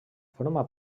forma